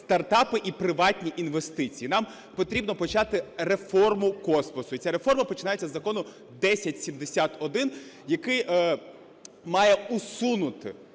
стартапи і приватні інвестиції. Нам потрібно почати реформу космосу. І ця реформа починається з Закону 1071, який має усунути,